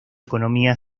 economía